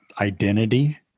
identity